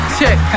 check